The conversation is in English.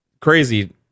Crazy